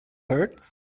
hurts